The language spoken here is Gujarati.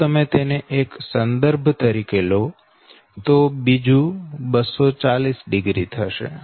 જો તમે તેને એક સંદર્ભ તરીકે લો તો બીજું 240o થશે